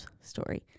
story